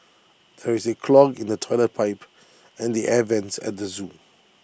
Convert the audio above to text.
there is A clog in the Toilet Pipe and the air Vents at the Zoo